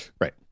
Right